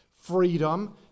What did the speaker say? freedom